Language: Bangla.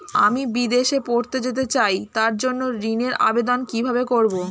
আমি বিদেশে পড়তে যেতে চাই তার জন্য ঋণের আবেদন কিভাবে করব?